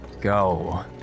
Go